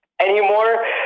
anymore